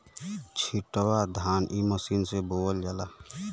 छिटवा धान इ मशीन से बोवल जाला